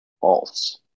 false